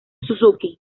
suzuki